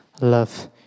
love